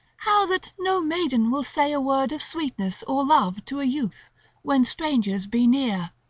how that no maiden will say a word of sweetness or love to a youth when strangers be near.